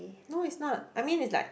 no it's not I mean it's like